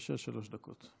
בבקשה, שלוש דקות.